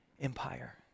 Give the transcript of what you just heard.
empire